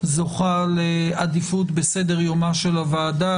שזוכה לעדיפות בסדר יומה של הוועדה,